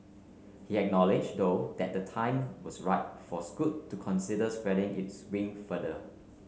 he acknowledged though that the time was right for scoot to consider spreading its wing further